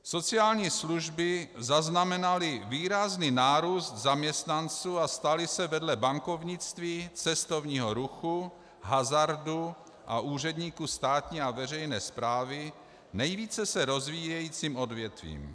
Sociální služby zaznamenaly výrazný nárůst zaměstnanců a staly se vedle bankovnictví, cestovního ruchu, hazardu a úředníků státní a veřejné správy nejvíce se rozvíjejícím odvětvím.